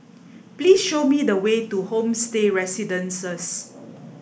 please show me the way to Homestay Residences